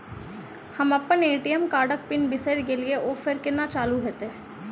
हम अप्पन ए.टी.एम कार्डक पिन बिसैर गेलियै ओ फेर कोना चालु होइत?